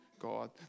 God